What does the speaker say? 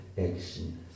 action